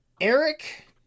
Eric